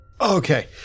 Okay